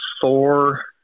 four